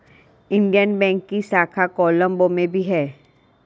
Indian bank की शाखा कोलम्बो में भी है